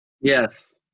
yes